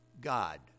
God